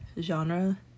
genre